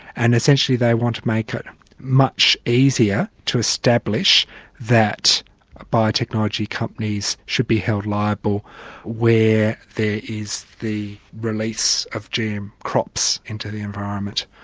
and essentially they want to make it much easier to establish that biotechnology companies should be held liable where there is the release of gm crops into the environment.